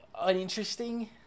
uninteresting